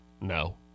No